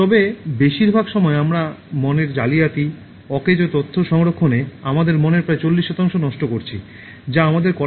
তবে বেশিরভাগ সময় আমরা মনের জালিয়াতি অকেজো তথ্য সংরক্ষণে আমাদের মনের প্রায় চল্লিশ শতাংশ নষ্ট করছি যা আমাদের করা উচিত নয়